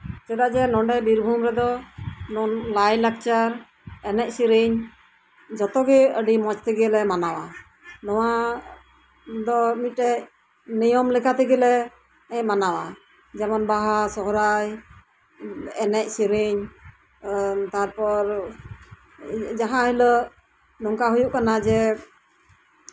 ᱪᱮᱫᱟᱜ ᱡᱮ ᱱᱚᱰᱮ ᱵᱤᱨᱵᱷᱩᱢ ᱨᱮᱫᱚ ᱞᱟᱭᱼᱞᱟᱠᱪᱟᱨ ᱮᱱᱮᱡ ᱥᱮᱨᱮᱧ ᱡᱚᱛᱚᱜᱮ ᱟᱹᱰᱤ ᱢᱚᱡᱽ ᱛᱮᱜᱮᱞᱮ ᱢᱟᱱᱟᱣᱟ ᱱᱚᱣᱟ ᱫᱚ ᱢᱤᱫᱴᱮᱡ ᱱᱤᱭᱚᱢ ᱞᱮᱠᱟᱛᱮᱜᱮᱞᱮ ᱢᱟᱱᱟᱣᱟ ᱡᱮᱢᱚᱱ ᱵᱟᱦᱟ ᱥᱚᱨᱦᱟᱭ ᱮᱱᱮᱡ ᱥᱮᱨᱮᱧ ᱛᱟᱨᱯᱚᱨ ᱡᱟᱦᱟᱸ ᱦᱤᱞᱳᱜ ᱱᱚᱝᱠᱟ ᱦᱩᱭᱩᱜ ᱠᱟᱱᱟ ᱡᱮ